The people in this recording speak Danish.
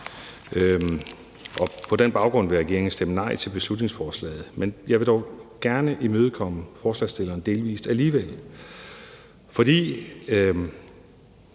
og på den baggrund vil regeringen stemme nej til beslutningsforslaget. Jeg vil dog gerne i imødekomme forslagssstillerne delvist alligevel. For i